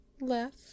left